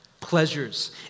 pleasures